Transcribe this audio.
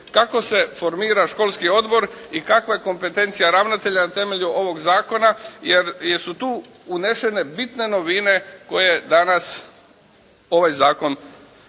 kako se formira školski odbor i kakva je kompetencija ravnatelja na temelju ovog zakona jer su tu unesene bitne novine koje danas ovaj zakon